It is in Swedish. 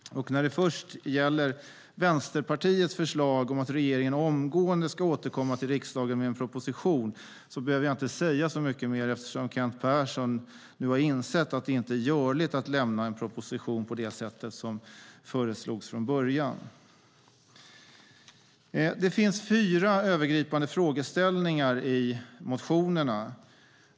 När det gäller Vänsterpartiets förslag om att regeringen omgående ska återkomma till riksdagen med en proposition behöver jag inte säga så mycket mer, eftersom Kent Persson nu har insett att det inte är görligt att lämna en proposition på det sätt som föreslogs från början. Det finns fyra övergripande frågeställningar i motionerna.